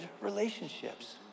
relationships